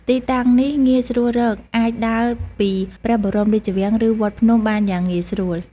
ទីតាំងនេះងាយស្រួលរក អាចដើរពីព្រះបរមរាជវាំង ឬវត្តភ្នំបានយ៉ាងងាយស្រួល។